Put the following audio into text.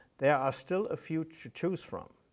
there are still a few to choose from.